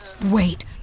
wait